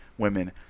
women